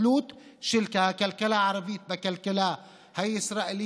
התלות של הכלכלה הערבית בכלכלה הישראלית,